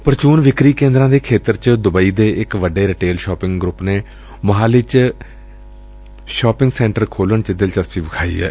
ਪ੍ਰਚੁਨ ਵਿਕਰੀ ਕੇਂਦਰਾਂ ਦੇ ਖੇਤਰ ਚ ਦੁਬੱਈ ਦੇ ਇਕ ਵੱਡੇ ਰਿਟੇਲ ਸ਼ਾਪਿੰਗ ਗਰੁੱਪ ਨੇ ਮੋਹਾਲੀ ਚ ਇਕ ਵੱਡਾ ਸਾਪਿੰਗ ਸੈਂਟਰ ਖੋਲੁਣ ਚ ਦਿਲਚਸਪੀ ਵਿਖਾਈ ਏ